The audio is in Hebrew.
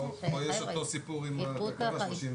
פה יש אותו סיפור עם תקנה 34,